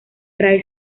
ray